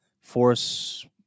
force